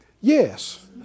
Yes